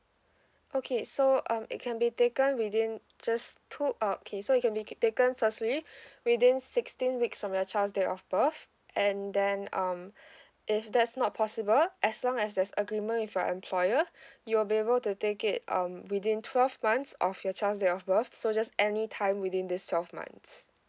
okay so um it can be taken within just two uh okay so it can be k~ taken firstly within sixteen weeks from your child's date of birth and then um if that's not possible as long as there's agreement with your employer you'll be able to take it um within twelve months of your child's date of birth so just any time within this twelve months